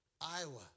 Iowa